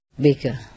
bigger